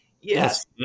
Yes